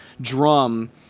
drum